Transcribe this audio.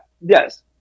yes